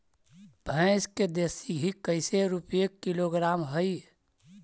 भैंस के देसी घी कैसे रूपये किलोग्राम हई?